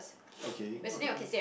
okay okay